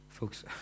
Folks